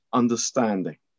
understanding